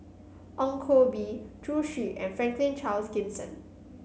Ong Koh Bee Zhu Xu and Franklin Charles Gimson